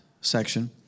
section